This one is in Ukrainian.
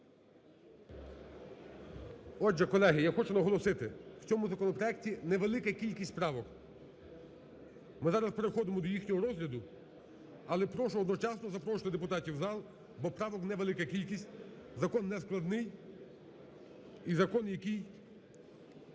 Отже, колеги, я хочу наголосити. В цьому законопроекті невелика кількість правок. Ми зараз переходимо до їхнього розгляду, але прошу одночасно запрошувати депутатів у зал, поправок невелика кількість, закон нескладний і закон, який